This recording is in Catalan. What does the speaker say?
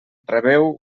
rebeu